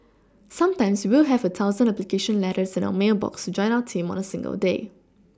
sometimes we will have a thousand application letters in our mail box to join our team on a single day